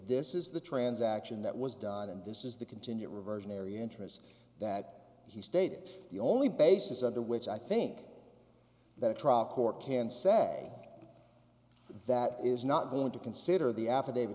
this is the transaction that was died and this is the continued reversionary interest that he stated the only basis under which i think that a trial court can say that is not going to consider the affidavit